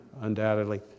undoubtedly